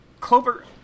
Clover